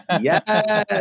Yes